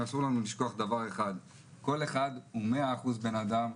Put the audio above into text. אסור לשכוח שכל אחד הוא מאה אחוז בן אדם,